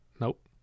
Nope